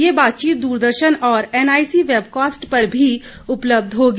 यह बातचीत दूरदर्शन और एनआईसी वेबकास्ट पर भी उपलब्य होगी